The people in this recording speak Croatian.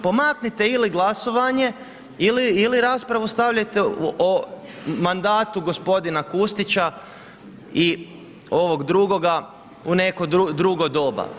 Pomaknite ili glasovanje ili raspravu stavljate o mandatu gospodina Kustića i ovog drugoga u neko drugo doba.